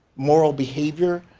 moral behavior.